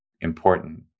important